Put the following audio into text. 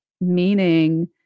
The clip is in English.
meaning